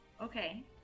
Okay